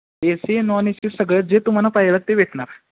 A C non A C सगळं जे तुम्हाला पाहिलं ते भेटणार